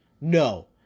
No